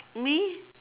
me